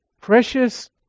precious